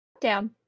down